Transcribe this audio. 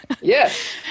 Yes